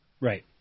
Right